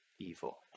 evil